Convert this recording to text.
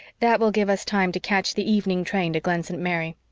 that will give us time to catch the evening train to glen st. mary.